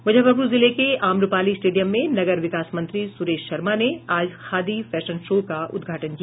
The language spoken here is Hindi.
मुजफ्फरपुर जिले के आम्रपाली स्टेडियम में नगर विकास मंत्री सुरेश शर्मा ने आज खादी फैशन शो का उद्घाटन किया